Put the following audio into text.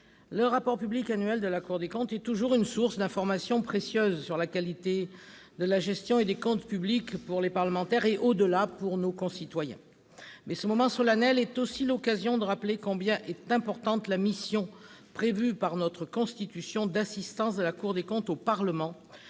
le rapport public annuel de la Cour des comptes est toujours une source d'informations précieuses sur la qualité de la gestion et des comptes publics pour les parlementaires et, au-delà, pour nos concitoyens. Mais ce moment solennel est aussi l'occasion de rappeler combien est importante la mission, prévue par la Constitution, d'assistance de la Cour des comptes au Parlement